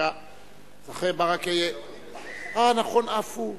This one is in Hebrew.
אחרי ברכה יהיה חבר הכנסת עפו אגבאריה.